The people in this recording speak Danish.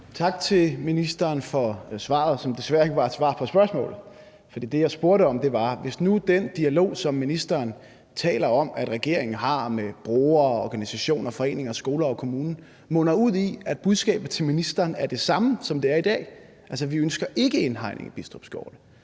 Tak til ministeren for svaret, som desværre ikke var et svar på spørgsmålet. For det, jeg spurgte om, var, at hvis nu den dialog, som ministeren taler om at regeringen har med brugere, organisationer, foreninger, skoler og kommuner, munder ud i, at budskabet til ministeren er det samme, som det er i dag – at vi altså ikke ønsker indhegning af Bidstrup Skovene